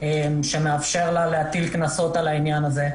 שמאפשר לה להטיל קנסות בעניין הזה.